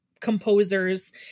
composers